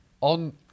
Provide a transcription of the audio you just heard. On